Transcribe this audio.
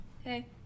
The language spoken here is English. Hey